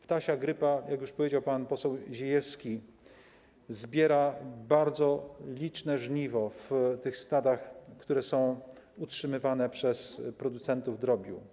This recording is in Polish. Ptasia grypa, jak już powiedział pan poseł Ziejewski, zbiera bardzo duże żniwo w stadach, które są utrzymywane przez producentów drobiu.